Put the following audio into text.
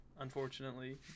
unfortunately